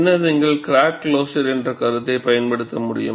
பின்னர் நீங்கள் crack closure என்ற கருத்தை பயன்படுத்த முடியும்